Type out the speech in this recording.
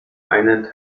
einen